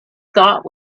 thought